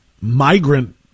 migrant